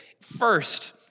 first